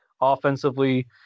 Offensively